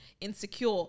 Insecure